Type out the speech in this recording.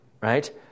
right